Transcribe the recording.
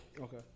Okay